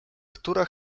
która